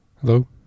Hello